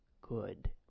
good